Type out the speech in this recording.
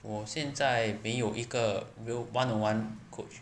我现在没有一个 will one one coach